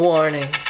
Warning